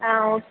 ஆ okay